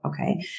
Okay